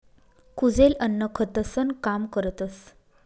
कुजेल अन्न खतंसनं काम करतस